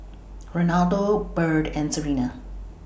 Renaldo Bird and Serena